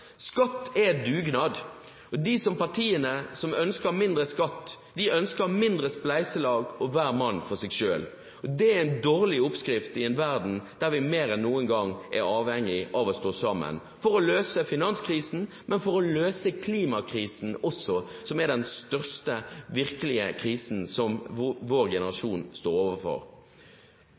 Skatt er dugnad. De partiene som ønsker mindre skatt, ønsker mindre spleiselag og hver mann for seg selv. Det er en dårlig oppskrift i en verden der vi mer enn noen gang er avhengig av å stå sammen for å løse finanskrisen, men for å løse klimakrisen også, som er den største, virkelige krisen som vår generasjon står overfor.